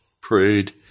prayed